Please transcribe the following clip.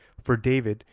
for david,